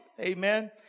amen